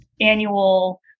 annual